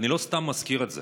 אני לא סתם מזכיר את זה.